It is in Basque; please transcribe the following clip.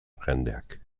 jendeak